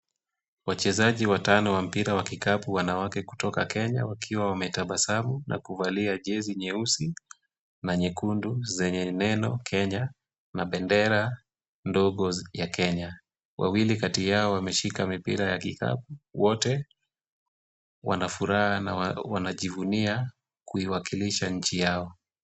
Wachezaji watano wa mpira wa kikapu wanawake kutoka Kenya wakiwa wametabasamu na kuvalia jezi nyeusi na nyekundu zenye neno Kenya na bendera ndogo ya Kenya. Wawili kati yao wameshika mipira ya kikapu, wote wanafuraha na wanajivunia kuiwakilisha nchi yao.